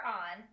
on